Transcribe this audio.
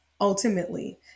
ultimately